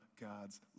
God's